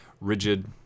rigid